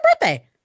birthday